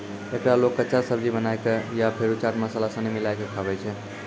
एकरा लोग कच्चा, सब्जी बनाए कय या फेरो चाट मसाला सनी मिलाकय खाबै छै